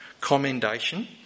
commendation